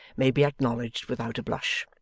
may be acknowledged without a blush.